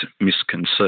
misconceived